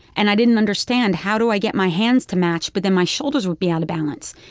and i didn't understand, how do i get my hands to match, but then my shoulders would be out of balance.